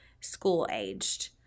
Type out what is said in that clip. school-aged